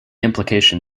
implication